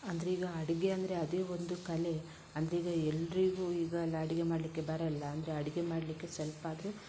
ಅಂದರೀಗ ಅಡುಗೆ ಅಂದರೆ ಅದೇ ಒಂದು ಕಲೆ ಅಂದರೀಗ ಎಲ್ಲರಿಗೂ ಇವಾಗ ಅಡುಗೆ ಮಾಡಲಿಕ್ಕೆ ಬರಲ್ಲ ಅಂದರೆ ಅಡುಗೆ ಮಾಡಲಿಕ್ಕೆ ಸ್ವಲ್ಪಾದರೂ